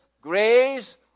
grace